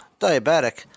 diabetic